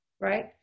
right